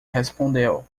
respondeu